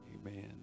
Amen